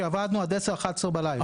כשעבדנו עד השעה עשר-אחת עשרה בלילה.